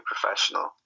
professional